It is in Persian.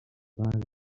برگ